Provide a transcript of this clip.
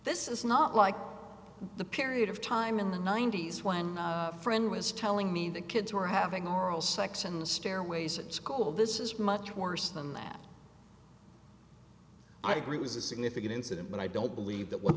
this is not like the period of time in the ninety's when a friend was telling me the kids were having oral sex in the stairways at school this is much worse than that i agree it was a significant incident but i don't believe that